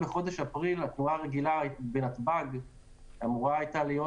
בחודש אפריל התנועה הרגילה בנתב"ג היתה אמורה להיות,